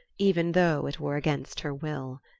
even though it were against her will.